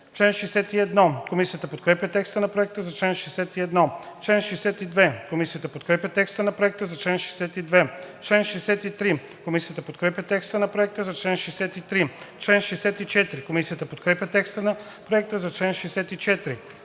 чл. 61. Комисията подкрепя текста на Проекта за чл. 62. Комисията подкрепя текста на Проекта за чл. 63. Комисията подкрепя текста на Проекта за чл. 64. Комисията подкрепя текста на Проекта за чл. 65.